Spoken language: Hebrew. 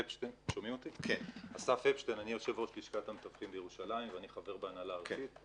אני יושב-ראש לשכת המתווכים בירושלים וחבר בהנהלה הארצית.